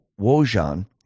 Wojan